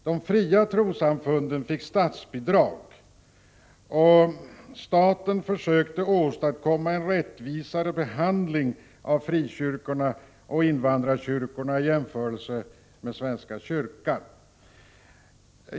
De fria trossamfunden fick statsbidrag, och staten försökte åstadkomma en i jämförelse med svenska kyrkan rättvisare behandling av frikyrkorna och invandrarkyrkorna.